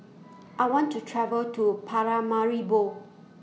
I want to travel to Paramaribo